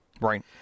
Right